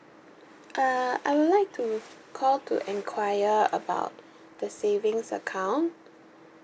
uh I would like to call to inquire about the savings account